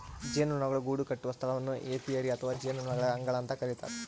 ಜೇನುನೊಣಗಳು ಗೂಡುಕಟ್ಟುವ ಸ್ಥಳವನ್ನು ಏಪಿಯರಿ ಅಥವಾ ಜೇನುನೊಣಗಳ ಅಂಗಳ ಅಂತ ಕರಿತಾರ